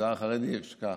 במגזר החרדי יש כך.